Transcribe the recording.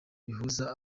bihuza